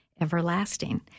everlasting